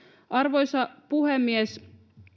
arvoisa puhemies